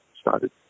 started